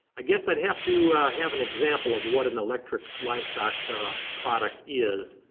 i guess i'd have to have an example of what an electric livestock product is.